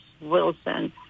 Wilson